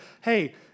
hey